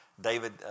David